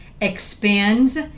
expands